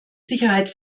sicherheit